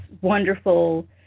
wonderful